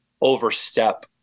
overstep